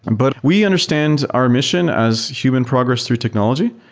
and but we understand our mission as human progress through technology,